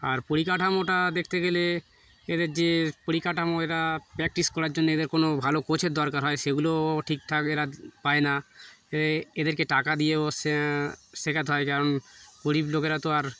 আর পরিকাঠামোটা দেখতে গেলে এদের যে পরিকাঠামো এরা প্র্যাকটিস করার জন্যে এদের কোনো ভালো কোচের দরকার হয় সেগুলোও ঠিকঠাক এরা পায় না এ এদেরকে টাকা দিয়েও শে শেখাতে হয় কারণ গরিব লোকেরা তো আর